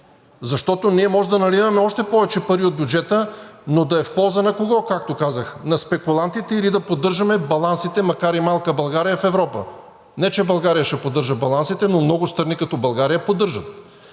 Защото ние може да наливаме още повече пари от бюджета, но да е в полза на кого, както казах – на спекулантите или да поддържаме балансите, макар и малка България, в Европа! Не че България ще поддържа балансите, но много страни като България поддържат.